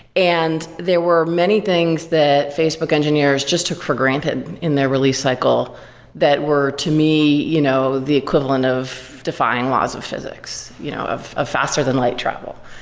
and there were many things that facebook engineers just took for granted in their release cycle that were to me, you know the equivalent of defying laws of physics, you know of a faster than light travel.